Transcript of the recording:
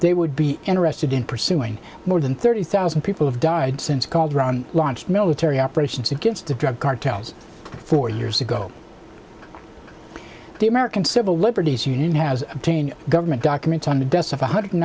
they would be interested in pursuing more than thirty thousand people have died since calderon launched military operations against the drug cartels four years ago the american civil liberties union has obtained government documents on the deaths of one hundred